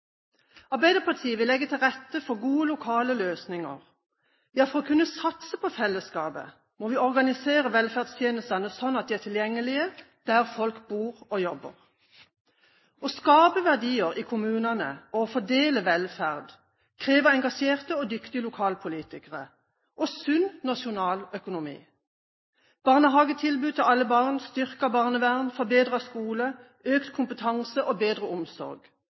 Arbeiderpartiet vil legge til rette for gode lokale løsninger. Ja, for å kunne satse på fellesskapet må vi organisere velferdstjenestene slik at de er tilgjengelige der folk bor og jobber. Å skape verdier i kommunene og fordele velferd krever engasjerte og dyktige lokalpolitikere og sunn nasjonal økonomi – barnehagetilbud til alle barn, styrket barnevern, forbedret skole, økt kompetanse og bedre omsorg.